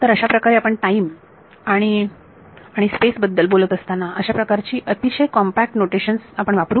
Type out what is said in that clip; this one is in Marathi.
तर अशाप्रकारे आपण टाईम आणि आणि स्पेस बद्दल बोलत असताना अशा प्रकारची अतिशय कॉम्पॅक्ट नोटेशन्स आपण वापरू